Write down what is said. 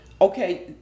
okay